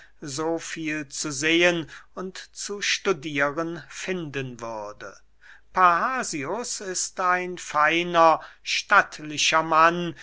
so viel zu sehen und zu studieren finden würde parrhasius ist ein feiner stattlicher mann